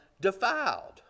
defiled